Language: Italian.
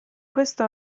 questo